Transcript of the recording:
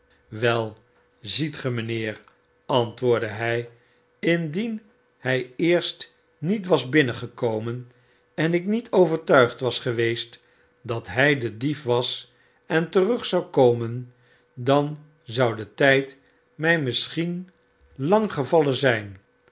wel ziet ge mijnheer antwoordde hy indien hij eerst niet was binnengekomen en ik niet overtuigd was geweest dat hy dediefwas en terug zou komen dan zou de tjjd mijmisschien lang gevallen zyn